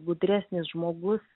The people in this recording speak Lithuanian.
gudresnis žmogus